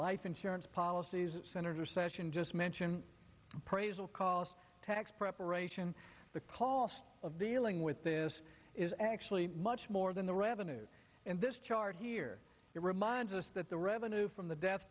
life insurance policies senator session just mention appraisal cost tax preparation the cost of the ailing with this is actually much more than the revenues in this chart here it reminds us that the revenue from the death